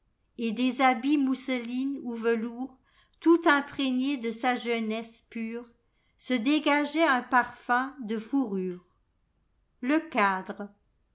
et des habits mousseline ou velours tout imprégnés de sa jeunesse pure se dégageait un parfum de fourrure iii le cadre